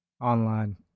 online